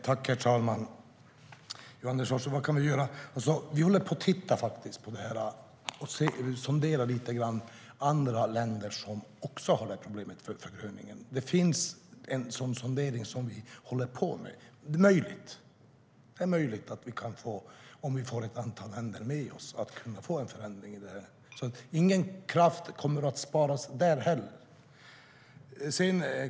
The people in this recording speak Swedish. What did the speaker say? Herr talman! Vad kan vi göra? frågar Anders Forsberg. Vi håller på att titta på det och sondera lite grann med andra länder som också har detta problem med förgröningen. Det finns en sådan sondering som vi håller på med. Om vi får ett antal länder med oss är det möjligt att vi kan få en förändring. Ingen kraft kommer heller att sparas där.